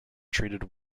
treated